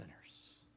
sinners